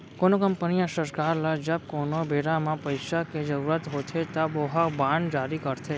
कोनो कंपनी या सरकार ल जब कोनो बेरा म पइसा के जरुरत होथे तब ओहा बांड जारी करथे